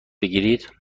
بگیرید